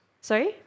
Sorry